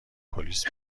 پلیس